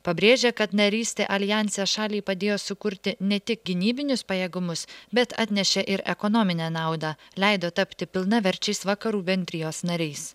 pabrėžė kad narystė aljanse šaliai padėjo sukurti ne tik gynybinius pajėgumus bet atnešė ir ekonominę naudą leido tapti pilnaverčiais vakarų bendrijos nariais